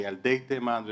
לילדי תימן,